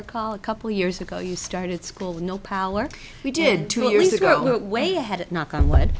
recall a couple years ago you started school with no power we did two years ago way ahead knock on wood